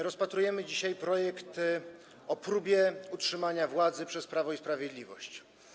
Rozpatrujemy dzisiaj projekt o próbie utrzymania władzy przez Prawo i Sprawiedliwość.